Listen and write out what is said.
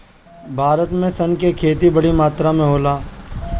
भारत में सन के खेती बड़ी मात्रा में होला